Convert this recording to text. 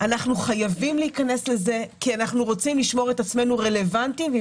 אנחנו חייבים להיכנס לזה כי אנחנו רוצים לשמור את עצמנו רלוונטיים עם